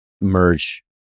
merge